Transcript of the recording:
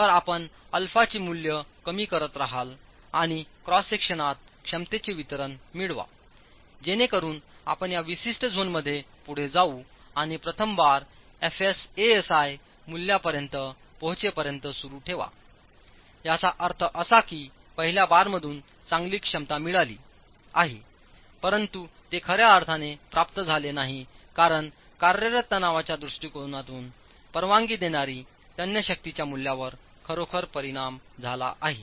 तर आपण α चे मूल्य कमी करत रहाल आणि क्रॉस सेक्शनात क्षमतेचे वितरण मिळवा जेणेकरूनआपण या विशिष्ट झोनमध्ये पुढे जाऊ आणि प्रथम बारFs Asi मूल्यापर्यंत पोहोचेपर्यंत सुरू ठेवायाचा अर्थ असा की पहिल्या बारमधून चांगली क्षमता मिळाली आहे परंतु ते खऱ्या अर्थाने प्राप्त झाले नाही कारण कार्यरत ताणण्याच्या दृष्टीकोनातून परवानगी देणारी तन्य शक्तीच्या मूल्यावर खरोखर परिणाम झाला आहे